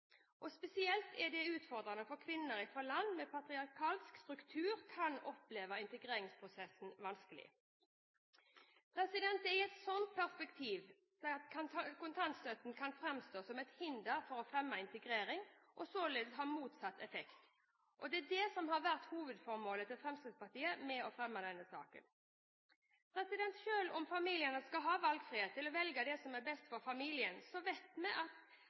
og spesielt er det utfordrende for kvinner fra land med patriarkalsk struktur – de kan oppleve integreringsprosessen vanskelig. Det er i et slikt perspektiv kontantstøtten kan framstå som et hinder for å fremme integrering, og således ha motsatt effekt. Det er det som har vært hovedformålet til Fremskrittspartiet med å fremme denne saken. Selv om familiene skal ha valgfrihet til å velge det som er best for familien, vet vi alle at